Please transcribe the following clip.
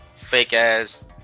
fake-ass